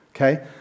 Okay